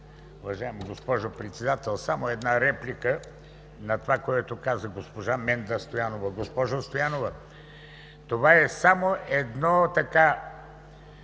Уважаема госпожо Председател, само една реплика на това, което каза госпожа Менда Стоянова. Госпожо Стоянова, това е само едно,